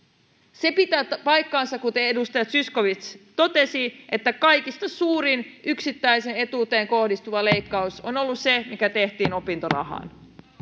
se pitää paikkansa kuten edustaja zyskowicz totesi että kaikista suurin yksittäiseen etuuteen kohdistuva leikkaus on ollut se mikä tehtiin opintorahaan